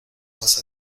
vas